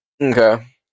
okay